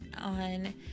on